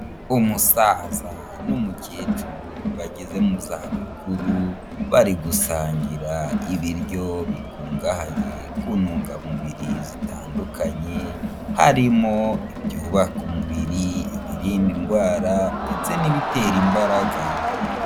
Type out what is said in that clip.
Umusaza n'umukecuru bageze mu za bukuru bari gusangira ibiryo bikungahaye ku ntungamubiri zitandukanye, harimo ibyubaka umubiri ibiririnda indwara ndetse n'ibitera imbaraga.